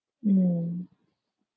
mm